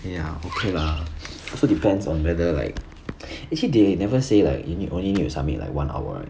ya okay lah also depends on whether like actually they never say like you need only need to submit like one hour right